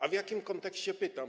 A w jakim kontekście pytam?